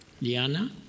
liana